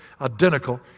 identical